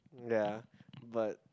ya but